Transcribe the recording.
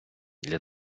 для